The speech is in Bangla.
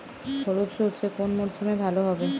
হলুদ সর্ষে কোন মরশুমে ভালো হবে?